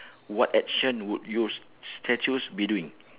what action would your s~ statues be doing